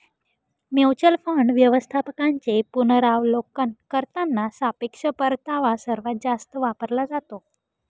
mutual fund व्यवस्थापकांचे पुनरावलोकन करताना सापेक्ष परतावा सर्वात जास्त वापरला जातो